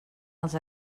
els